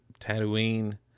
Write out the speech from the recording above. Tatooine